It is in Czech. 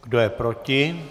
Kdo je proti?